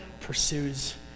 pursues